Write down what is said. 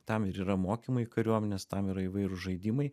tam yra mokymai kariuomenės tam yra įvairūs žaidimai